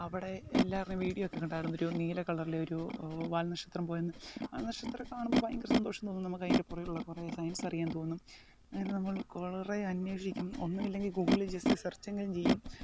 അവിടെ എല്ലാവരുടെയും വീഡിയോ ഒക്കെ കണ്ടായിരുന്നു ഒരു നീല കളറിലെ ഒരു വാൽ നക്ഷത്രം പോലെ വാൽ നക്ഷത്രം ഒക്കെ കാണുമ്പോൾ ഭയങ്കര സന്തോഷം തോന്നും നമുക്ക് അതിൻ്റെ പുറകിലുള്ള കുറേ സയൻസ് അറിയാൻ തോന്നും അങ്ങനെ നമ്മൾ കുറേ അന്വേഷിക്കും ഒന്നുമില്ലെങ്കിൽ ഗൂഗിളിൽ ജെസ്റ്റ് സെർച്ച് എങ്കിലും ചെയ്യും